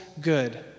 good